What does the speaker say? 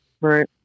right